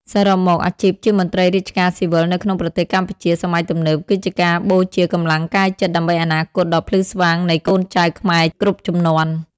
សរុបមក អាជីពជាមន្ត្រីរាជការស៊ីវិលនៅក្នុងប្រទេសកម្ពុជាសម័យទំនើប គឺជាការបូជាកម្លាំងកាយចិត្តដើម្បីអនាគតដ៏ភ្លឺស្វាងនៃកូនចៅខ្មែរគ្រប់ជំនាន់។